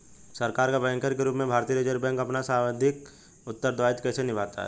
सरकार का बैंकर के रूप में भारतीय रिज़र्व बैंक अपना सांविधिक उत्तरदायित्व कैसे निभाता है?